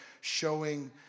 showing